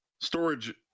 storage